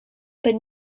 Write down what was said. but